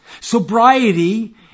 sobriety